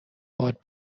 باد